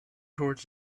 toward